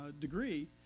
degree